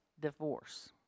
divorce